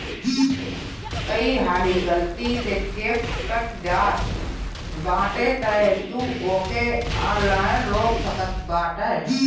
कई हाली गलती से चेक कट जात बाटे तअ तू ओके ऑनलाइन रोक सकत बाटअ